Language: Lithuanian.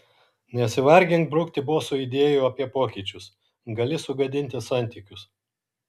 nesivargink brukti bosui idėjų apie pokyčius gali sugadinti santykius